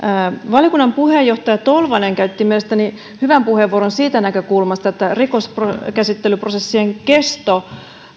valiokunnan puheenjohtaja tolvanen käytti mielestäni hyvän puheenvuoron siitä näkökulmasta että rikoskäsittelyprosessien kesto